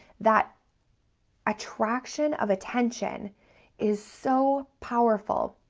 that attraction of attention is so powerful,